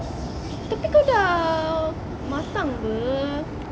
tapi kau dah matang pe